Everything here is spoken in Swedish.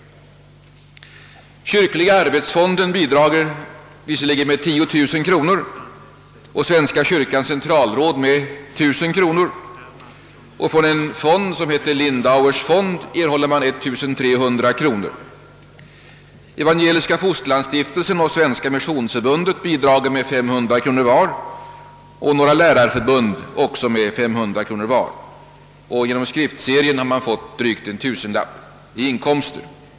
Kyrkliga arbetsfonden bidrar visserligen med 10000 kronor, Svenska kyrkans centralråd med 1000 kronor, något som heter C. L. Lindauers fond med 1 300 kronor, Evangeliska fosterlandsstiftelsen och Svenska missionsförbundet med 500 kronor vardera och några lärarförbund med lika mycket var, men det räcker inte långt. Genom skriftserien har man också fått in drygt 1000 kronor.